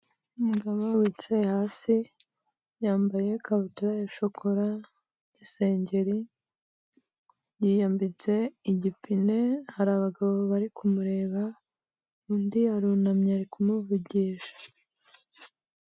Umugabo wicaye hasi yambaye ikabutura ya shokora, n'isengeri, yiyambitse igipine, hari abagabo bari kumureba undi arunamye ari kumuvugisha.